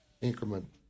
increment